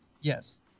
Yes